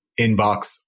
inbox